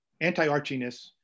anti-Archiness